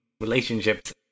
relationships